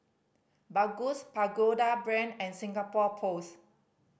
Baggus Pagoda Brand and Singapore Post